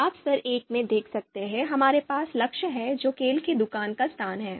आप स्तर 1 में देख सकते हैं हमारे पास लक्ष्य है जो खेल की दुकान का स्थान है